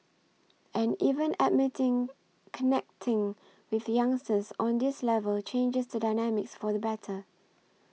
and even admitting connecting with youngsters on this level changes the dynamics for the better